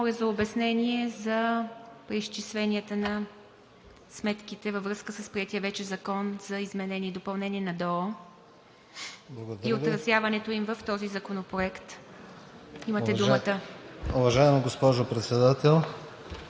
Моля за обяснение за преизчисленията на сметките във връзка с приетия вече Закон за изменение и допълнение на ДОО и отразяването им в този законопроект. Имате думата.